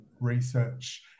research